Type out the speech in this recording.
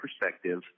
perspective